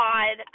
God